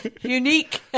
unique